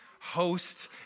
host